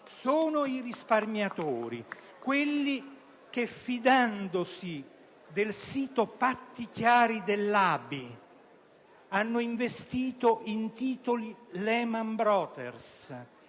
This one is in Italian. sono i risparmiatori che, fidandosi del sito "PattiChiari" dell'ABI, hanno investito in titoli Lehman Brothers